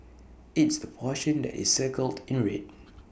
it's the portion that is circled in the red